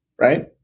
right